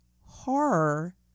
horror